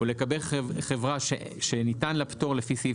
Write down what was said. ולגבי חברה שניתן לה פטור לפי סעיף